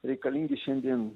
reikalingi šiandien